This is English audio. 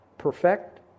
perfect